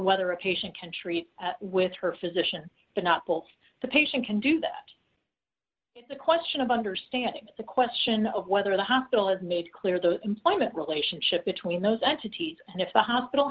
whether a patient can treat with her physician but not both the patient can do that is the question of understanding the question of whether the hospital has made clear the employment relationship between those entities and if the hospital